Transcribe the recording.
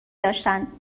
داشتند